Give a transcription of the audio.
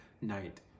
night